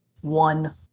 one